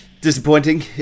disappointing